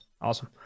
Awesome